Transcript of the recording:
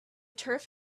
turf